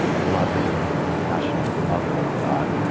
loving, compassionate mother of god.